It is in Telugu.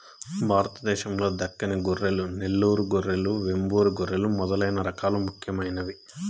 భారతదేశం లో దక్కని గొర్రెలు, నెల్లూరు గొర్రెలు, వెంబూరు గొర్రెలు మొదలైన రకాలు ముఖ్యమైనవి